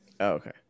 Okay